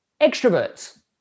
Extroverts